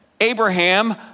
Abraham